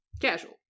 Casual